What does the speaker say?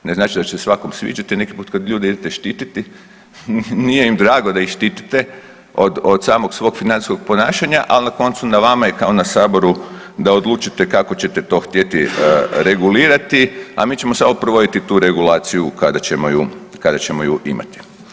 Ne znači da će se svakom sviđati, neki put kad ljudi idete štititi, nije im drago da ih štitite od samog svog financijskog ponašanja, ali na koncu, na vama je kao i na Saboru da odlučite kako ćete to htjeti regulirati, a mi ćemo samo provoditi tu regulaciju kada ćemo ju imati.